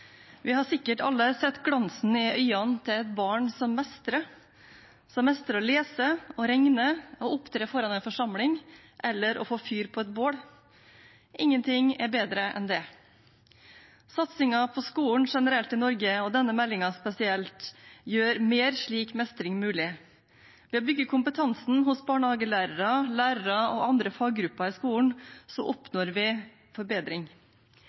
Vi har sikkert alle sett glansen i øynene til et barn som mestrer – som mestrer å lese, regne og opptre foran en forsamling eller å få fyr på et bål. Ingenting er bedre enn det. Satsingen på skolen generelt i Norge, og denne meldingen spesielt, gjør mer slik mestring mulig. Ved å bygge kompetansen hos barnehagelærere, lærere og andre faggrupper i skolen oppnår vi forbedring.